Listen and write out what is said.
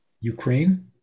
Ukraine